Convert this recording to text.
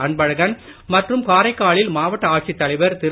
அன்பழகன் மற்றும் காரைக்காலில் மாவட்ட ஆட்சித் தலைவர் திரு